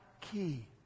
key